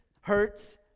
Hurts